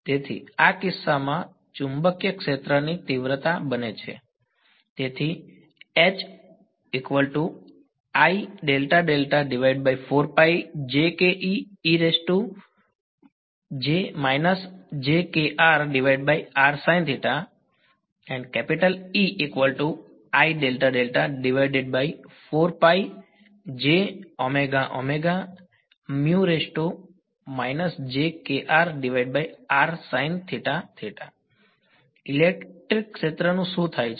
તેથી આ કિસ્સામાં ચુંબકીય ક્ષેત્રની તીવ્રતા બને છે ઇલેક્ટ્રિક ક્ષેત્રનું શું થાય છે